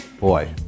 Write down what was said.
boy